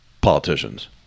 politicians